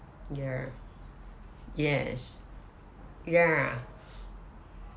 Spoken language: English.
ya yes ya